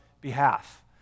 behalf